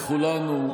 לכולנו,